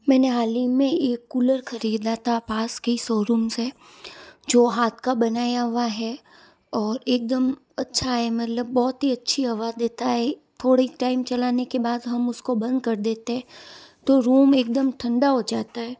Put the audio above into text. मैंने हाल ही में एक कूलर ख़रीदा था पास के सोरूम से जो हाथ का बनाया हुआ है और एक दम अच्छा है मतलब बहुत ही अच्छी हवा देता है थोड़े टाइम चलाने के बाद हम उस को बंद कर देते हें तो रूम एक दम ठंडा हो जाता है